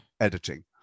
editing